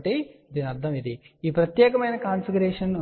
కాబట్టి దీని అర్థం ఈ ప్రత్యేకమైన కాన్ఫిగరేషన్